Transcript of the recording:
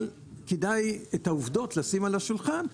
אבל כדאי את העובדות לשים על השולחן,